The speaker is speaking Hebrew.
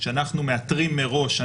שאנחנו מאתרים מראש.